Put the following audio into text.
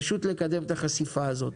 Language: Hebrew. אז פשוט צריך לקדם את החשיפה הזאת.